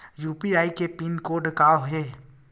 UPI के pin code का हे?